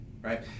right